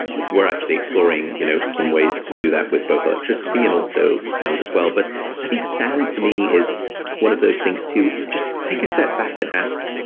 but we're actually exploring you know some ways to do that with both electricity and also sound as well. but i think sound, to me, is one of those things to just take a step back and ask.